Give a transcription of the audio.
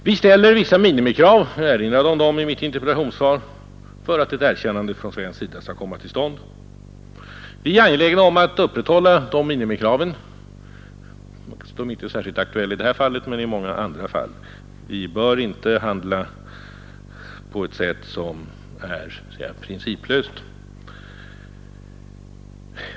Vi ställer vissa minimikrav — jag erinrade om dem i mitt interpellationssvar — för att ett erkännande från svensk sida skall komma till stånd. Vi är angelägna om att upprätthålla de minimikraven — de reser inte problem i det här fallet, men i många andra fall. Det är viktigt att hålla fast vid dessa krav — principlöshet är för en liten stat en speciell belastning.